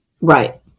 Right